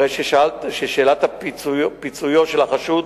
הרי ששאלת פיצויו של החשוד